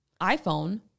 iPhone